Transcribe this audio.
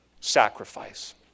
sacrifice